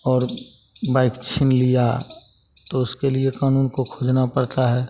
और बाइक छीन लिया तो उसके लिए कानून को खोजना पड़ता है